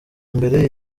mbere